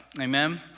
amen